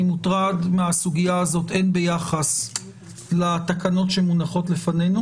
אני מוטרד מהסוגיה הזאת הן ביחס לתקנות שמונחות לפנינו